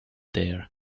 there